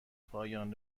پایان